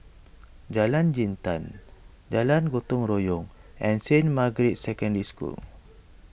Jalan Jintan Jalan Gotong Royong and Saint Margaret's Secondary School